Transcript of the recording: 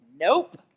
Nope